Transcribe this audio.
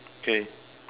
okay